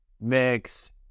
mix